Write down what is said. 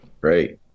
Great